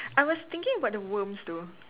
I was thinking about the worms though